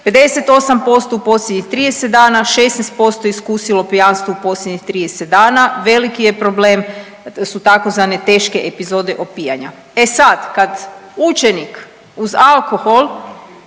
58% u posljednjih 30 dana, 16% iskusilo pijanstvo u posljednjih 30 dana, veliki je problem su tzv. teške epizode opijana. E sad, kad učenik uz alkohol